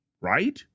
right